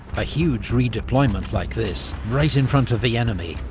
a huge redeployment like this, right in front of the enemy,